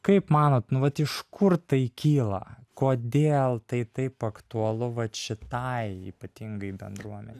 kaip manot nu vat iš kur tai kyla kodėl tai taip aktualu vat šitai ypatingai bendruomenei